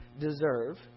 deserve